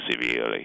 severely